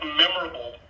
memorable